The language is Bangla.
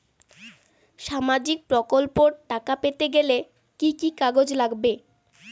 সামাজিক প্রকল্পর টাকা পেতে গেলে কি কি কাগজ লাগবে?